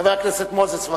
חבר הכנסת מוזס, בבקשה.